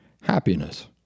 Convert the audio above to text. happiness